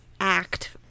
act